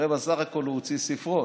הרי בסך הכול הוא הוציא ספרון,